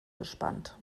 gespannt